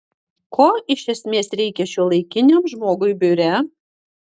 ko iš esmės reikia šiuolaikiniam žmogui biure